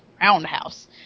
Roundhouse